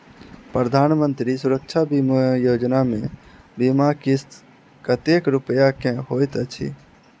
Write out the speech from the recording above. प्रधानमंत्री सुरक्षा बीमा योजना मे बीमा किस्त कतेक रूपया केँ होइत अछि?